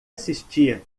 assisti